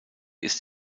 ist